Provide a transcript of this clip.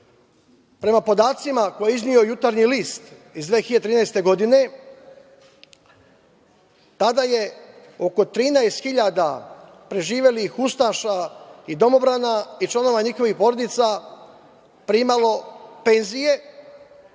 rata. Prema podacima koje je izneo „Jutarnji list“ iz 2013. godine, tada je oko 13.000 preživelih ustaša i domobrana i članova njihovih porodica primalo penzije